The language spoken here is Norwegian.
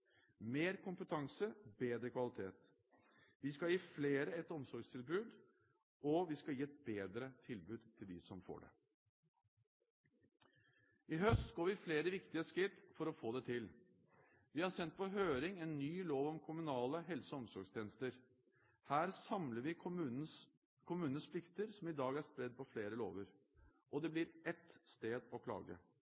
mer kompetanse og bedre kvalitet. Vi skal gi flere et omsorgstilbud, og vi skal gi et bedre tilbud til dem som får det. I høst går vi flere viktige skritt for å få det til. Vi har sendt på høring en ny lov om kommunale helse- og omsorgstjenester. Her samler vi kommunenes plikter, som i dag er spredt på flere lover, og det